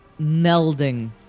melding